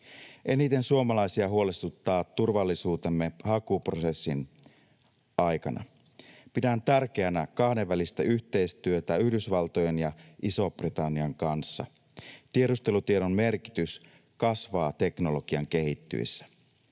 Eniten suomalaisia huolestuttaa turvallisuutemme hakuprosessin aikana. Pidän tärkeänä kahdenvälistä yhteistyötä Yhdysvaltojen ja Ison-Britannian kanssa. Tiedustelutiedon merkitys kasvaa teknologian kehittyessä.